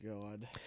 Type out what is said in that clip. God